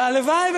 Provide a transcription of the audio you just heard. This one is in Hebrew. והלוואי,